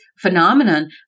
phenomenon